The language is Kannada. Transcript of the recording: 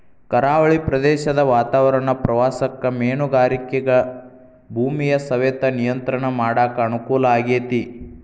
ಕರಾವಳಿ ಪ್ರದೇಶದ ವಾತಾವರಣ ಪ್ರವಾಸಕ್ಕ ಮೇನುಗಾರಿಕೆಗ ಭೂಮಿಯ ಸವೆತ ನಿಯಂತ್ರಣ ಮಾಡಕ್ ಅನುಕೂಲ ಆಗೇತಿ